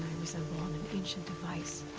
resemble on an ancient device.